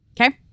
Okay